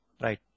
right